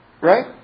right